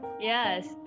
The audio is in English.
yes